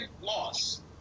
loss